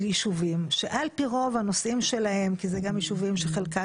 ישובים שעל פי רוב הנושאים שלהם אלה גם ישובים שחלקם